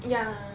ya